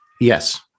Yes